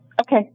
Okay